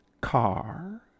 car